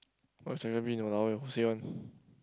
what !walao eh! who say one